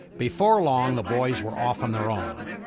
before long the boys were off on their own.